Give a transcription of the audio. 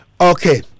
okay